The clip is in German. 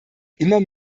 immer